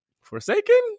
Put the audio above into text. forsaken